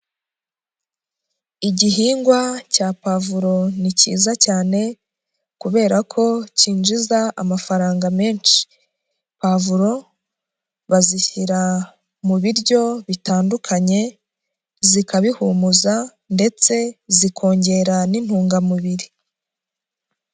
Igihingwa cya pavuro ni cyiza cyane kubera ko cyinjiza amafaranga menshi, pavuro bazishyira mu biryo bitandukanye zikabihumuza ndetse zikongera n'intungamubiri.